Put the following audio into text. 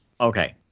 Okay